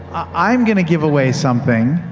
i'm going to give away something.